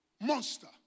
monster